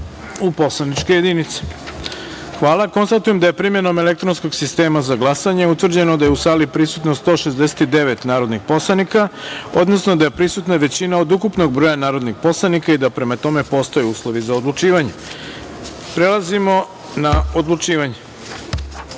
u poslaničke jedinice. Hvala. Konstatujem da je primenom elektronskog sistema za glasanje utvrđeno da je u sali prisutno 169 narodnih poslanika, odnosno da je prisutna većina od ukupnog broja narodnih poslanika i da, prema tome, postoje uslovi za odlučivanje. Prelazimo na odlučivanje. Prva